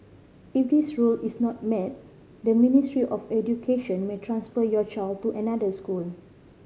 if this rule is not met the Ministry of Education may transfer your child to another school